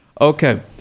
Okay